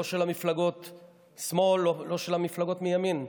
לא של מפלגות השמאל, לא של המפלגות מימין.